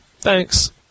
Thanks